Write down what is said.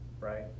Right